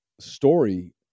story